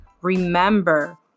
remember